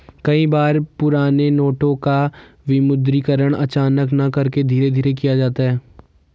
कई बार पुराने नोटों का विमुद्रीकरण अचानक न करके धीरे धीरे किया जाता है